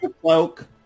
cloak